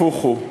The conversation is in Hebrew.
הפוך הוא.